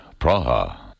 Praha